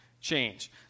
change